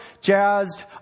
jazzed